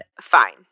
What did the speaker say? Fine